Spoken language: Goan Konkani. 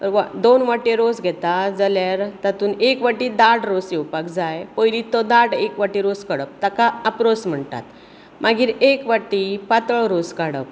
वा दोन वाटी रोस घेता जाल्यार तातूंत एक वाटी दाट रोस घेवपाक जाय पयली तो दाट एक वाटी रोस काडप ताका आप्रोस म्हणटात मागीर एक वाटी पातळ रोस काडप